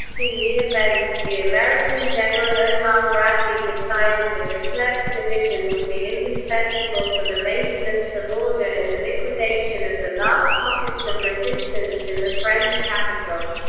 in the event, the american general omar bradley decided that leclerc's division would be indispensable for the maintenance of order and the liquidation of the last pockets of resistance in the french capital.